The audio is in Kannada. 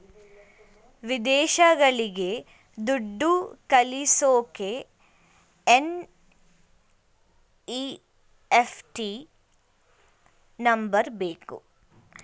ವಿದೇಶಗಳಿಗೆ ದುಡ್ಡು ಕಳಿಸೋಕೆ ಎನ್.ಇ.ಎಫ್.ಟಿ ನಂಬರ್ ಬೇಕು